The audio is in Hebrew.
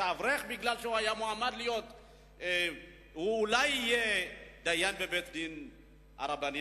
האברך כי הוא אולי יהיה דיין בבית-דין רבני.